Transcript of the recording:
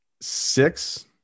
Six